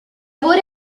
wurde